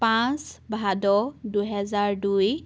পাঁচ ভাদ দুহেজাৰ দুই